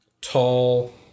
tall